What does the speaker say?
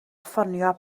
ffonio